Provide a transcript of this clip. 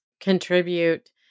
contribute